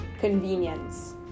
convenience